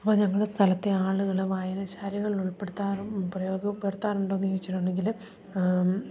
അപ്പം ഞങ്ങളുടെ സ്ഥലത്തെ ആളുകൾ വായനശാലകൾ ഉൾപ്പെടുത്താറും പ്രയോഗപ്പെടുത്താറുണ്ടോയെന്നു ചോദിച്ചിട്ടുണ്ടെങ്കിൽ